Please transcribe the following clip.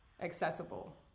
accessible